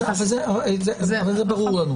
זה ברור לנו.